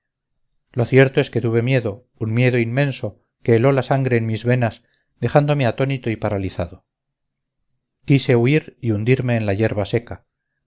lo cierto es que tuve miedo un miedo inmenso que heló la sangre en mis venas dejándome atónito y paralizado quise huir y hundime en la yerba seca